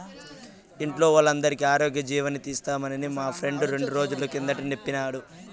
ఇంట్లో వోల్లందరికీ ఆరోగ్యజీవని తీస్తున్నామని మా ఫ్రెండు రెండ్రోజుల కిందట సెప్పినాడు